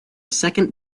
second